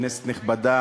כנסת נכבדה,